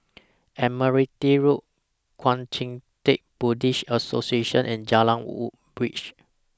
Admiralty Road Kuang Chee Tng Buddhist Association and Jalan Woodbridge